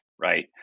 right